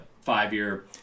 five-year